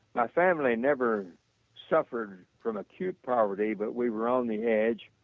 my family never suffered from acute poverty but we were on the edge.